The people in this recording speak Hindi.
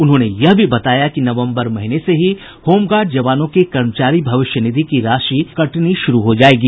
उन्होंने यह भी बताया कि नवम्बर महीने से ही होमगार्ड जवानों के कर्मचारी भविष्य निधि की राशि कटनी शुरू हो जायेगी